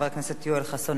חבר הכנסת יואל חסון,